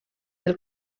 del